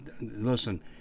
listen